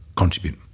Contribute